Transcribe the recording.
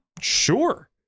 Sure